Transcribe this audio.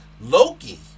loki